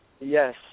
Yes